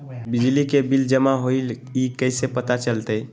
बिजली के बिल जमा होईल ई कैसे पता चलतै?